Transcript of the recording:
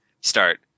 start